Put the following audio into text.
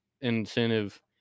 incentive